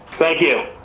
thank you.